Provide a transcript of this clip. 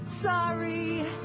Sorry